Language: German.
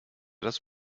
das